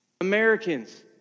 Americans